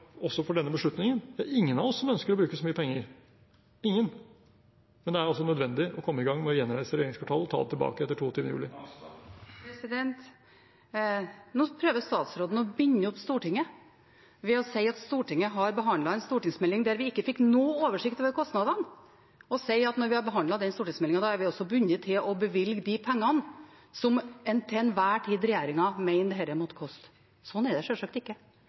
også for denne beslutningen? Det er ingen av oss som ønsker å bruke så mye penger – ingen. Men det er altså nødvendig å komme i gang med å gjenreise regjeringskvartalet, ta det tilbake etter 22. juli. Nå prøver statsråden å binde opp Stortinget ved å si at Stortinget har behandlet en stortingsmelding, der vi ikke fikk noen oversikt over kostnadene, og sier at når vi har behandlet den stortingsmeldingen, er vi også bundet til å bevilge de pengene som regjeringen til enhver tid mener dette måtte koste. Slik er det sjølsagt ikke.